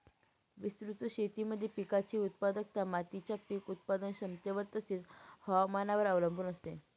विस्तृत शेतीमध्ये पिकाची उत्पादकता मातीच्या पीक उत्पादन क्षमतेवर तसेच, हवामानावर अवलंबून असते